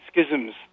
schisms